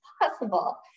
possible